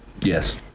Yes